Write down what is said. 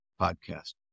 Podcast